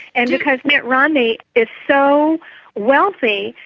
and because mitt romney is so wealthy,